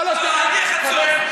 למה אני האשמתי את כולם?